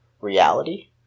reality